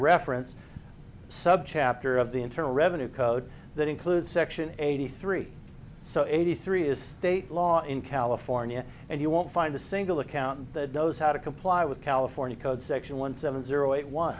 reference subchapter of the internal revenue code that includes section eighty three eighty three is state law in california and you won't find a single accountant that knows how to comply with california code section one seven zero eight one